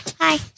Hi